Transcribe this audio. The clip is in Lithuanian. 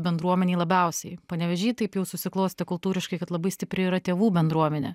bendruomenei labiausiai panevėžy taip jau susiklostė kultūriškai kad labai stipri yra tėvų bendruomenė